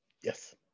yes